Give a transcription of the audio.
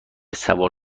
سوار